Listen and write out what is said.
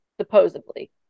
supposedly